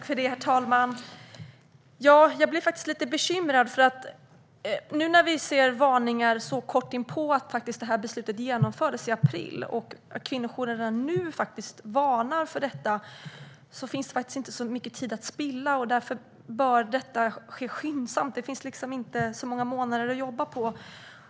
Herr talman! Jag blir faktiskt lite bekymrad. Att kvinnojourerna nu varnar för detta, så kort tid efter att beslutet genomfördes i april, innebär att det inte finns så mycket tid att spilla. Därför bör detta ske skyndsamt; det finns inte så många månader att jobba på.